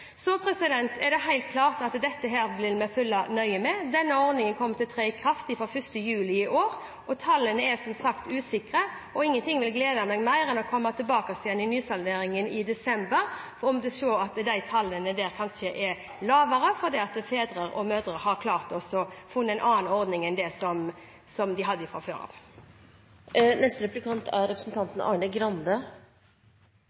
Så er det helt klart at dette vil vi følge nøye med på. Denne ordningen kommer til å tre i kraft fra 1. juli i år, og tallene er, som sagt, usikre. Ingenting vil glede meg mer enn å komme tilbake igjen i nysalderingen i desember om vi ser at tallene kanskje er lavere, fordi fedre og mødre har klart å finne en annen ordning enn den de hadde fra før.